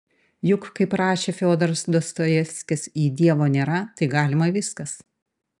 juk kaip rašė fiodoras dostojevskis jei dievo nėra tai galima viskas